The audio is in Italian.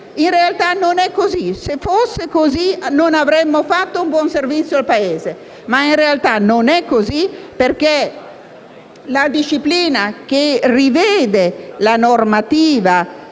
in questa sede. Se fosse così, non avremmo reso un buon servizio al Paese. In realtà non è così, perché la disciplina che rivede la normativa